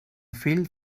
fill